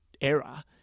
era